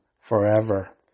forever